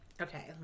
Okay